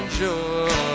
joy